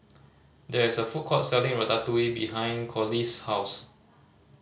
there is a food court selling Ratatouille behind Corliss' house